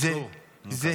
הוא עצור, אני מקווה.